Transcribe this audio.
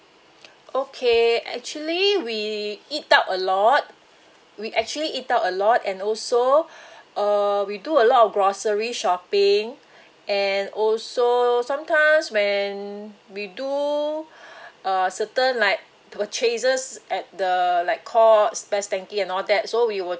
okay actually we eat out a lot we actually eat out a lot and also uh we do a lot of grocery shopping and also sometimes when we do uh certain like purchases at the like courts best denki and all that so we will